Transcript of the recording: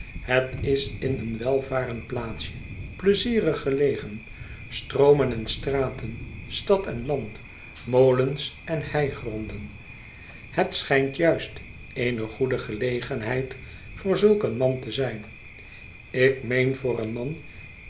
het is in een welvarend plaatsje pleizierig gelegen stroomen en straten stad en land molens en heigronden het schijnt juist eene goede gelegenheid voor zulk een man te zijn ik meen voor een man